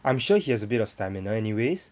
I am sure he has a bit of stamina anyways